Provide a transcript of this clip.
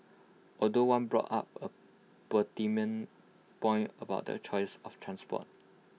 although one brought up A pertinent point about the choice of transport